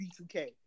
B2K